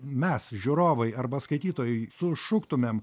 mes žiūrovai arba skaitytojai sušuktumėm